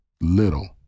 little